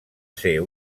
ser